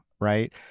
Right